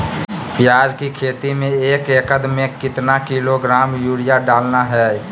प्याज की खेती में एक एकद में कितना किलोग्राम यूरिया डालना है?